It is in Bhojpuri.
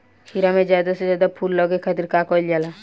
खीरा मे ज्यादा से ज्यादा फूल लगे खातीर का कईल जाला?